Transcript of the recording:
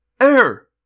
Air